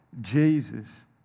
Jesus